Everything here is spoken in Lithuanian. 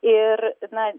ir na